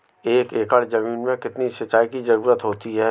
एक एकड़ ज़मीन में कितनी सिंचाई की ज़रुरत होती है?